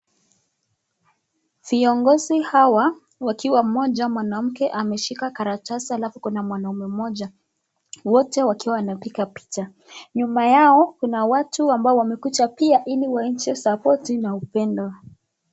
Viongozi hawa wakiwa mmoja mwanamke ameshika karatasi alafu kuna mwanaume mmoja, wote wakiwa wanapiga picha. Nyuma yao kuna watu ambao wamekuja pia ili waonyeshe support na upendo.